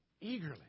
eagerly